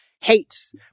hates